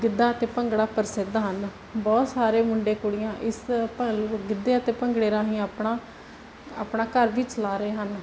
ਗਿੱਧਾ ਅਤੇ ਭੰਗੜਾ ਪ੍ਰਸਿੱਧ ਹਨ ਬਹੁਤ ਸਾਰੇ ਮੁੰਡੇ ਕੁੜੀਆਂ ਇਸ ਗਿੱਧੇ ਅਤੇ ਭੰਗੜੇ ਰਾਹੀਂ ਆਪਣਾ ਆਪਣਾ ਘਰ ਵੀ ਚਲਾ ਰਹੇ ਹਨ